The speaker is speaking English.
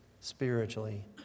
spiritually